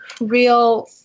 real